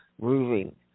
moving